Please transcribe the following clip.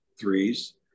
threes